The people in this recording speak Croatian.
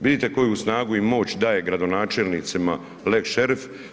Vidite koju snagu i moć daje gradonačelnicima lex šerif.